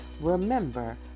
Remember